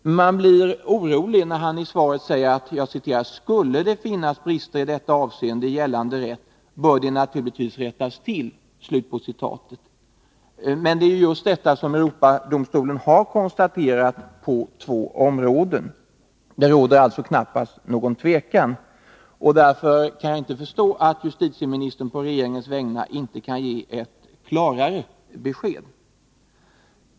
Men man blir orolig när han i svaret säger: ”Skulle det finnas brister i detta avseende i gällande rätt bör de naturligtvis rättas till.” Men det är just detta som Europadomstolen har konstaterat på två områden. Det råder alltså knappast någon tvekan. Därför kan jag inte förstå att justitieministern på regeringens vägnar inte kan ge ett klarare besked.